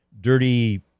dirty